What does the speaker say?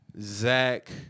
Zach